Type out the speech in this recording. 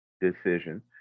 decision